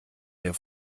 der